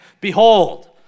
Behold